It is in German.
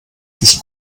sich